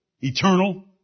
eternal